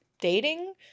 dating